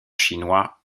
chinois